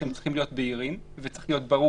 הם צריכים להיות בהירים וצריך להיות ברור